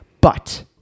but-